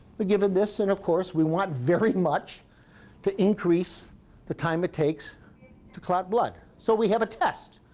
we give him this, and, of course, we want very much to increase the time it takes to clot blood. so we have a test.